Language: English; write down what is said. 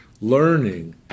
Learning